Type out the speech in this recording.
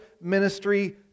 ministry